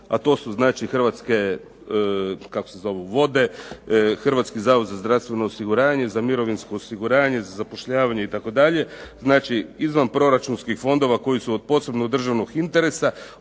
A to su znači Hrvatske kako se zovu vode, Hrvatski zavod za zdravstveno osiguranje, za mirovinsko osiguranje, za zapošljavanje itd. Znači, izvanproračunskih fondova koji su od posebnog državnog interesa